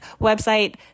website